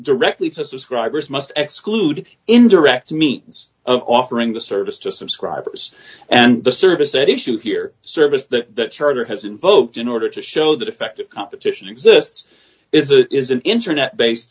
directly to subscribers must exclude indirect means of offering the service to subscribers and the service at issue here service that charter has invoked in order to show that effective competition exists is that it is an internet based